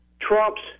Trump's